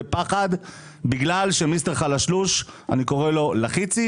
בפחד בגלל שמיסטר חלשלוש אני קורא לו לחיצי